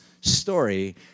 story